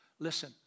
Listen